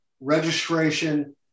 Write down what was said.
registration